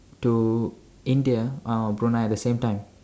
to India or Brunei at the same time